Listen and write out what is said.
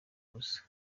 ubusa